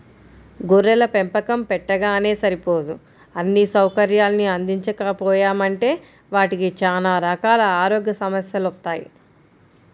గొర్రెల పెంపకం పెట్టగానే సరిపోదు అన్నీ సౌకర్యాల్ని అందించకపోయామంటే వాటికి చానా రకాల ఆరోగ్య సమస్యెలొత్తయ్